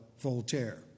Voltaire